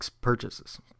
purchases